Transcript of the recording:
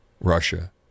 Russia